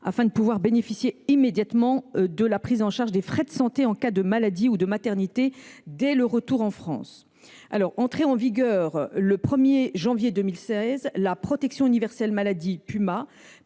de bénéficier de la prise en charge des frais de santé en cas de maladie ou de maternité dès leur retour en France. Entrée en vigueur le 1 janvier 2016, la protection universelle maladie (PUMa)